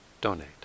donate